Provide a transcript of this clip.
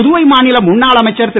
புதுவை மாநில முன்னாள் அமைச்சர் திரு